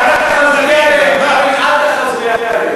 מה, קארין, תמשיכי.